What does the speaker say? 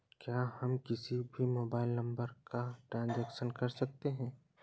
क्या हम किसी भी मोबाइल नंबर का ट्रांजेक्शन कर सकते हैं?